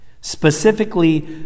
Specifically